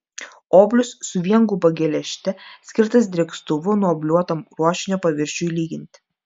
oblius su vienguba geležte skirtas drėkstuvu nuobliuotam ruošinio paviršiui lyginti